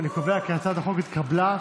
אני קובע כי הצעת החוק התקבלה,